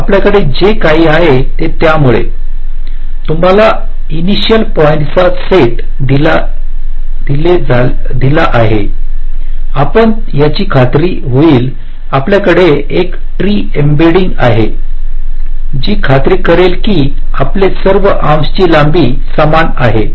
तर आपल्याकडे जे काही आहे ते त्यामुळे तुम्हाला इनिशिअल पॉईंट्स चा सेट दिले झाले आहे आपण याची खात्री होईल आपल्याकडे एक ट्री एम्बइड्डिन्ग आहे जी खात्री करेल की आपले सर्व आर्म्स ची लांबी समान आहे